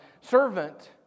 servant